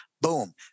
boom